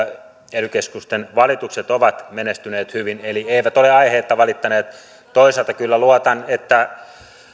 ely keskusten valitukset ovat menestyneet hyvin eli eivät ole aiheetta valittaneet toisaalta kyllä luotan että